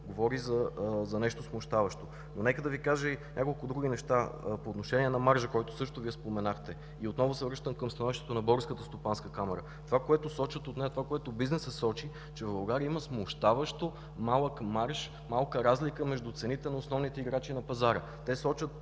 говори за нещо смущаващо. Нека Ви кажа и няколко други неща по отношение на маржа, който също споменахте. Отново се връщам към становището на Българската стопанска камара. Това, което сочат от нея, това, което бизнесът сочи, е, че в България има смущаващо малък марж, малка разлика между цените на основните играчи на пазара. Те сочат,